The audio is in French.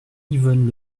yvonne